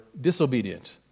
disobedient